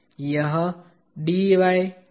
यह Dy Dx है